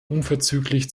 unverzüglich